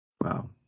Wow